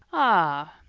ah!